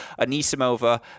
Anisimova